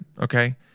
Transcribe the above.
okay